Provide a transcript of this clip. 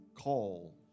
call